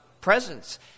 presence